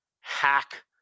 hack